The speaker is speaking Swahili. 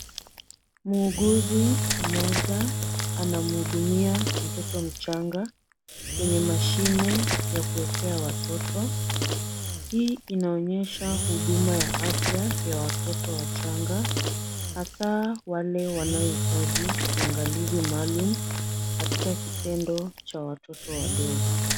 Mwuguzi mmoja anamhudumia mtoto mchanga kwenye mashine ya kuekea watoto .Hii inaonyesha huduma ya afya ya watoto wachanga hasa wale wanaohitaji uangalizi maalum katika kitendo cha watoto wadogo.